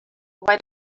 why